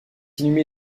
inhumé